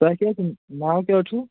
تۄہہِ کیٛاہ ناو کیٛاہ حظ چھُو